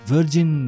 Virgin